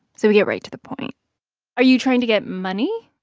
so we get right to the point are you trying to get money?